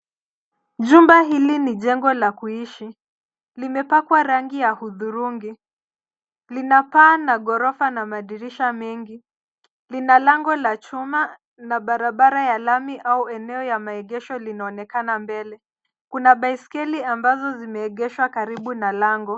Jumba hili ni jengo la kuishi, limepakwa rangi ya hudhurungi, lina paa na ghorofa na madirisha mengi, lina lango la chuma na barabara ya lami au eneo ya maegesho linaonekana mbele, kuna baiskeli ambazo zimeegeshwa karibu na lango.